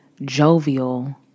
jovial